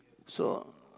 so